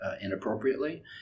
inappropriately